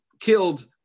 killed